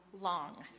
long